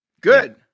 Good